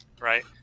right